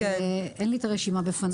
אין לי את הרשימה בפניי.